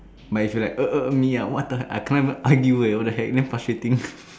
but if you like uh uh uh me ah what the I can't even argue eh what the heck damn frustrating